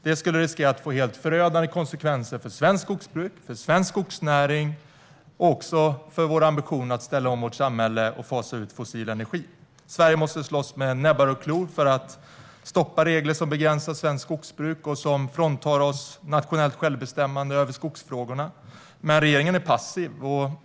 Risken är att det får helt förödande konsekvenser för svenskt skogsbruk, för svensk skogsnäring och för vår ambition att ställa om samhället och fasa ut fossil energi. Sverige måste slåss med näbbar och klor för att stoppa regler som begränsar svenskt skogsbruk och som fråntar oss nationellt självbestämmande över skogsfrågorna. Men regeringen är passiv.